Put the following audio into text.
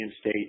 State